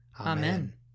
Amen